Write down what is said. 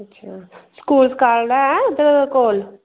अच्छा स्कूल स्काल ऐ उत्थै कोल